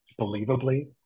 believably